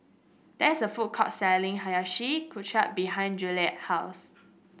there is a food court selling Hiyashi Chuka behind Juliette's house